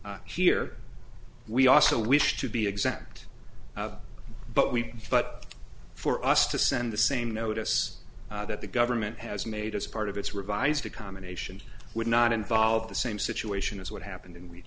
here we also wish to be exact but we but for us to send the same notice that the government has made as part of its revised a combination would not involve the same situation as what happened in